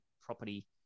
property